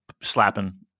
Slapping